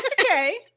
Okay